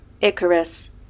Icarus